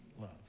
Love